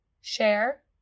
Share